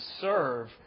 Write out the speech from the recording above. serve